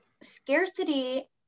scarcity